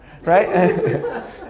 right